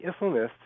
islamists